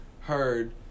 heard